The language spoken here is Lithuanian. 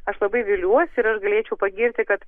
aš labai viliuosi ir aš galėčiau pagirti kad